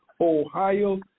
Ohio